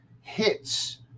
Hits